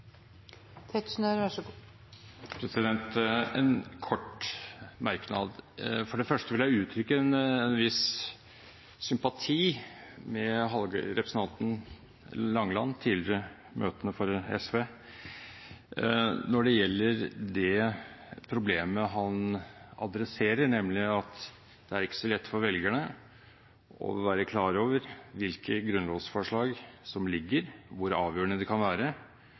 for SV, når det gjelder det problemet han adresserer, nemlig at det ikke er så lett for velgerne å være klar over hvilke grunnlovsforslag som foreligger, hvor avgjørende de kan være.